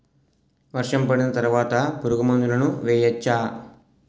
వర్షం పడిన తర్వాత పురుగు మందులను వేయచ్చా?